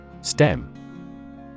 Stem